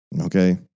okay